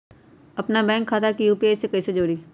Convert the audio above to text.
अपना बैंक खाता के यू.पी.आई से कईसे जोड़ी?